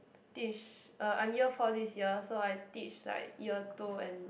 teach uh I'm year four this year so I teach like year two and